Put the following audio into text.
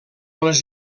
les